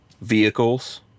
vehicles